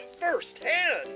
firsthand